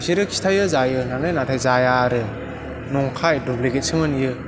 बिसोरो खिथायो जायो होन्नानै नाथाय जाया आरो नंखाय दुब्लिगेट सोमोन बियो